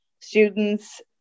students